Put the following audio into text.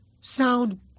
sound